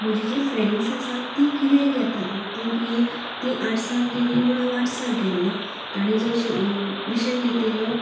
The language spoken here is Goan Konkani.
म्हजी जी फ्रेंन्डस आसात ती कितें घेतात ती बी ए ती आर्टसाक गेली म्हुण हांव आर्टसाक गेल्ले तांणी जो विशय घेतिल्लो